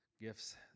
gifts